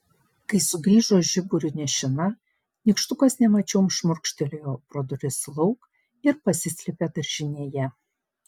kai sugrįžo žiburiu nešina nykštukas nemačiom šmurkštelėjo pro duris lauk ir pasislėpė daržinėje